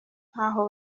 ntaho